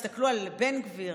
הסתכלו על בן גביר